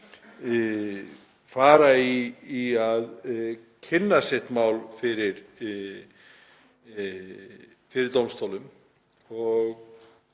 fær að kynna sitt mál fyrir dómstólum.